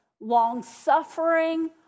long-suffering